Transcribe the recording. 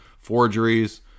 forgeries